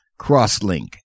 Crosslink